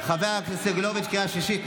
חבר הכנסת סגלוביץ', קריאה שלישית.